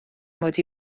mod